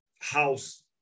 house